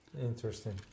Interesting